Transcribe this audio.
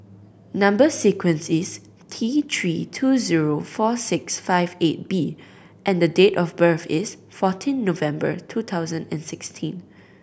number sequence is T Three two zero four six five eight B and date of birth is fourteen November two thousand and sixteen